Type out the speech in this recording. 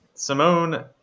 Simone